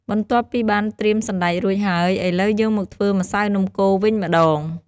បន្ទាប់ពីបានត្រៀមសណ្ដែករួចហើយ ឥឡូវ យើងមកធ្វើម្សៅនំកូរវិញម្ដង។